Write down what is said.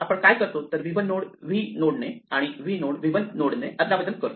आपण काय करतो तर v 1 नोड v नोडणे आणि v नोड v 1 नोडणे आदलाबदल करतो